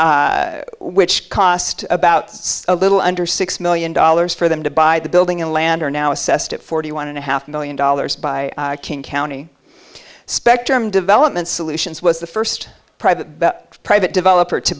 which cost about a little under six million dollars for them to buy the building and land are now assessed at forty one and a half million dollars by king county spectrum development solutions was the first private private developer to